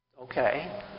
okay